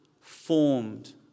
formed